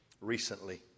recently